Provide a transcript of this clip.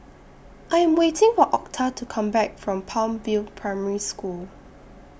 I Am waiting For Octa to Come Back from Palm View Primary School